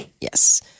Yes